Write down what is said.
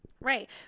Right